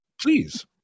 Please